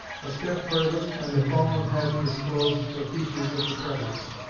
a step further, and the fallen head disclosed the features of the president.